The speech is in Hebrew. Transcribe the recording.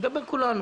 אני מדבר כולנו.